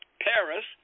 Paris